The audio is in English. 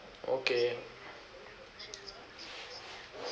okay